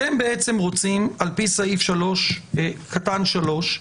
אתם רוצים על פי סעיף קטן (3),